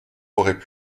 auraient